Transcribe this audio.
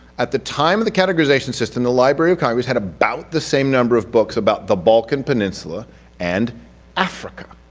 at the time of the categorization system, the library of congress had about the same number of books about the balkan peninsula and africa.